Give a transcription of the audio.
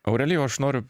aurelijau aš noriu